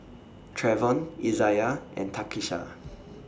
Treyvon Izayah and Takisha